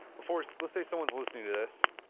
before, so let's say someone's listening to this